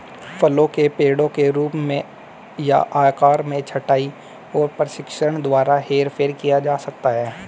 फलों के पेड़ों के रूप या आकार में छंटाई और प्रशिक्षण द्वारा हेरफेर किया जा सकता है